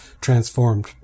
transformed